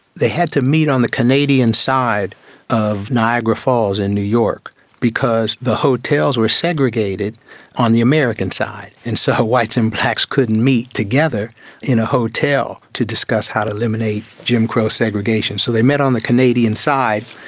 they had to meet on the canadian side of niagara falls in new york because the hotels were segregated on the american side, and so whites and blacks couldn't meet together in a hotel to discuss how to eliminate jim crow segregation. so they met on the canadian side,